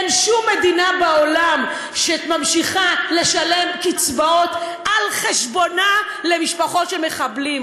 אין שום מדינה בעולם שממשיכה לשלם קצבאות על חשבונה למשפחות של מחבלים.